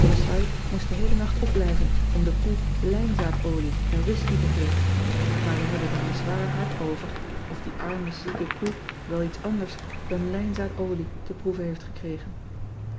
moest den heelen nacht opblijven om de koe lijnzaadolie en whisky te geven maar we hebben er een zwaar hart over of die arme zieke koe wel iets anders dan lijnzaadolie te proeven heeft gekregen